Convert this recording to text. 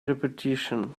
repetition